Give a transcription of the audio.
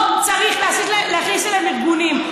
לא צריך להכניס להם ארגונים.